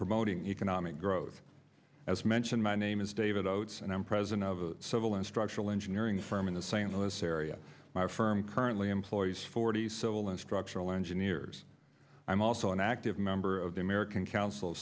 promoting economic growth as mentioned my name is david oates and i'm president of a civil and structural engineering firm in the st louis area my firm currently employees forty civil and structural engineers i'm also an active member of the american council